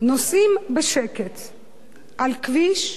נוסעים בשקט על כביש,